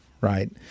right